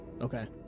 Okay